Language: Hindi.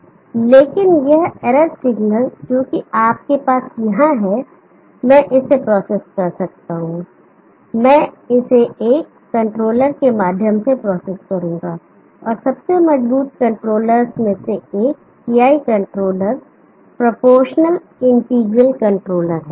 लेकिन यह एरर सिग्नल जोकि आपके पास यहां है मैं इसे प्रोसेस कर सकता हूं मैं इसे एक कंट्रोलर के माध्यम से प्रोसेस करूंगा और सबसे मजबूत कंट्रोलर्स में से एक PI controller proportional integral controller है